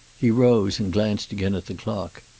he rose, and glanced again at the clock.